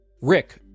Rick